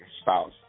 spouse